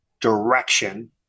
direction